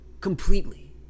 completely